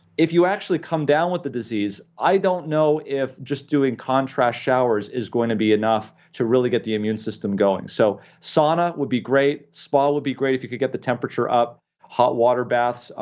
if you actually come down with the disease. i don't know if just doing contrast showers is going to be enough to really get the immune system going, so sauna would be great, spa would be great. if you could get the temperature up hot, water baths,